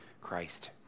Christ